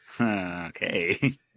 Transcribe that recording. Okay